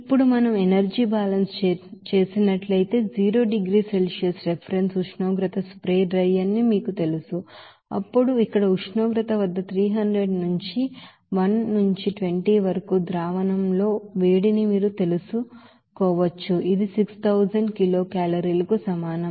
ఇప్పుడు మనం energy balance చేసినట్లయితే 0 డిగ్రీల సెల్సియస్ రిఫరెన్స్ ఉష్ణోగ్రతతో స్ప్రే డ్రైయర్ ని మీకు తెలుసు అప్పుడు ఇక్కడ ఉష్ణోగ్రత వద్ద 300 నుంచి 1 నుంచి 20 వరకు సొల్యూషన్ తో వేడిని మీరు తెలుసుకోవచ్చు ఇది 6000 కిలో కేలరీలకు సమానం